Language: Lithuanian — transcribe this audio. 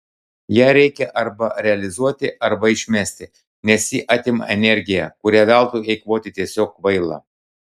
ją reikia arba realizuoti arba išmesti nes ji atima energiją kurią veltui eikvoti tiesiog kvaila